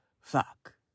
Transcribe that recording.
fuck